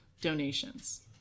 donations